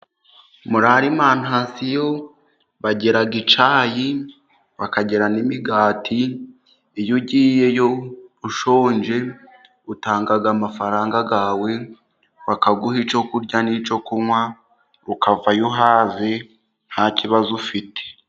Muri alimantasiyo bagira icyayi, bagira n'imigati, iyo ugiyeyo ushonje utanga amafaranga yawe, bakaguha icyo kurya n'icyo kunywa ukavayo uhaze nta kibazo ufite.